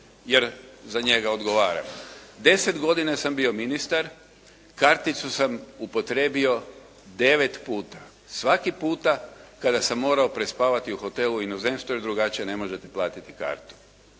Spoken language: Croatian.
jer za njega odgovaram. 10 godina sam bio ministar. Karticu sam upotrijebio 9 puta. Svaki puta kada sam morao prespavati u hotelu u inozemstvu jer drugačije ne možete platiti kartu.